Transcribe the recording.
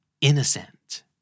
innocent